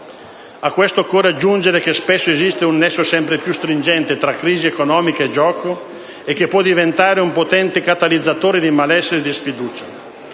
A questo occorre aggiungere che spesso esiste un nesso sempre più stringente tra crisi economica e gioco, che può diventare un potente catalizzatore di malessere e sfiducia.